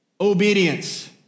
obedience